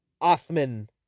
Othman